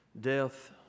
death